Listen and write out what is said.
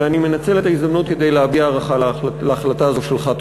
ואני מנצל את ההזדמנות כדי להביע הערכה להחלטה זו שלך,